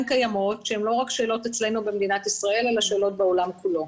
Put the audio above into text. קיימות שהן לא רק שאלות אצלנו במדינת ישראל אלא שאלות בעולם כולו.